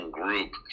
group